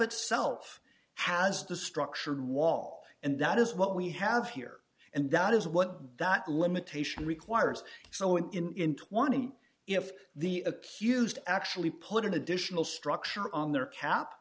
itself has the structure wall and that is what we have here and that is what that limitation requires so if in twenty if the accused actually put an additional structure on their ca